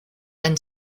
then